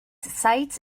sights